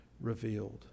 revealed